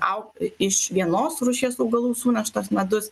au iš vienos rūšies augalų suneštas medus